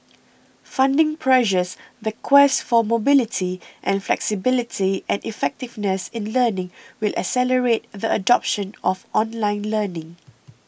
funding pressures the quest for mobility and flexibility and effectiveness in learning will accelerate the adoption of online learning